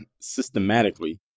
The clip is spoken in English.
systematically